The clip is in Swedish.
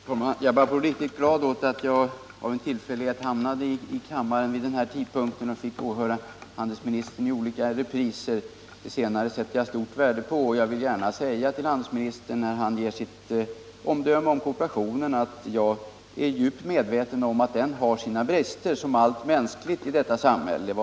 Herr talman! Jag börjar bli riktigt glad över att jag av en tillfällighet hamnade i kammaren vid den här tidpunkten och att jag fick åhöra handelsministern i olika repriser; de senare sätter jag stort värde på. Jag vill gärna säga till handelsministern, när han uttalar sitt omdöme om kooperationen, att jag är starkt medveten om att den liksom allt mänskligt i detta samhälle har sina brister.